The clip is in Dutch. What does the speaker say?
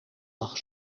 lag